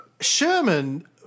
Sherman